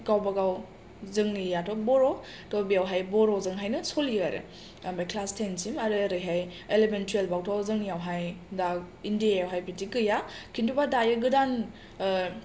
गावबा गाव जोंनियाथ' बर' बेवहाय बर'जोंहायनो सलियो आरो ओमफ्राय क्लास टेनसिम आरो एलेभेन टुयेलभावथ' जोंनियावहाय इन्डियायावहाय बिदि गैया किन्तुबा दायो गोदान